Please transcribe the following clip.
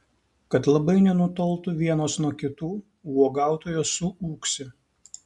kad labai nenutoltų vienos nuo kitų uogautojos suūksi